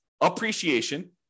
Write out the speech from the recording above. appreciation